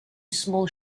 small